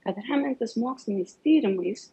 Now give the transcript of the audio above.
kad remiantis moksliniais tyrimais